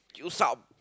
yo sup